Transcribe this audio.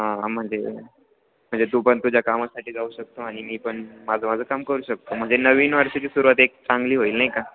हां म्हणजे म्हणजे तू पण तुझ्या कामासाठी जाऊ शकतो आणि मी पण माझं माझं काम करू शकतो म्हणजे नवीन वर्षाची सुरुवात एक चांगली होईल नाही का